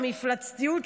המפלצתיות,